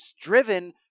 driven